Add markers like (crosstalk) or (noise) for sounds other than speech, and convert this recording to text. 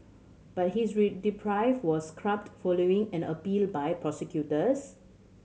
but his (unintelligible) was scrubbed following and appeal by prosecutors